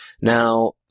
now